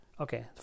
Okay